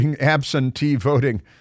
absentee-voting